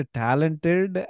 talented